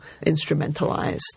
instrumentalized